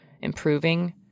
improving